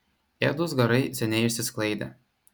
ėdūs garai seniai išsisklaidė